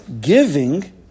giving